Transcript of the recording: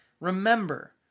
Remember